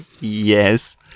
yes